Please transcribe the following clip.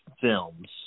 films